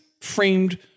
framed